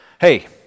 hey